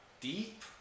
deep